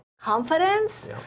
confidence